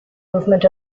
movement